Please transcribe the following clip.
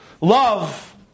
Love